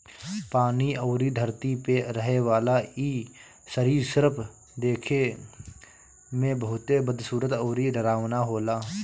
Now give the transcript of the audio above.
पानी अउरी धरती पे रहेवाला इ सरीसृप देखे में बहुते बदसूरत अउरी डरावना होला